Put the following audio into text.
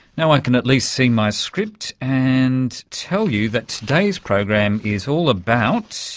now i can at least see my script and tell you that today's program is all about.